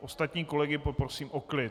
Ostatní kolegy poprosím o klid...